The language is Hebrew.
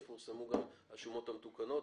יפורסמו גם השומות המתוקנות.